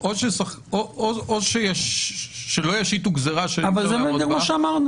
אז או שלא ישיתו גזירה שאי אפשר לעמוד בה,